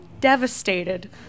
devastated